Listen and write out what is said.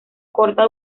corta